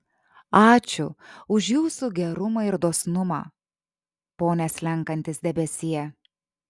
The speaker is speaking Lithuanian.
ačiū už jūsų gerumą ir dosnumą pone slenkantis debesie